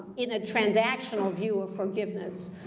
in a transactional view of forgiveness,